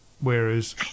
Whereas